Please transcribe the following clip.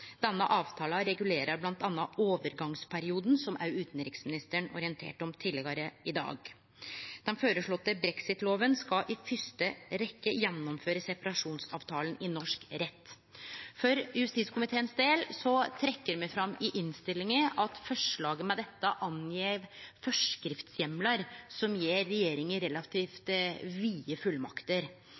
Denne avtalen regulerer bl.a. overgangsperioden, som òg utanriksministeren orienterte om tidlegare i dag. Den føreslåtte brexit-loven skal i fyrste rekkje gjennomføre separasjonsavtalen i norsk rett. For justiskomiteens del trekkjer me fram i innstillinga at forslaget med dette angjev forskriftsheimlar som gjev regjeringa relativt vide fullmakter.